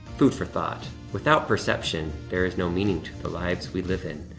food for thought, without perception, there is no meaning to the lives we live in.